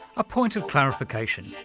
a point of clarification.